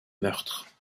meurtres